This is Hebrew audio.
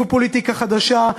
זו פוליטיקה חדשה.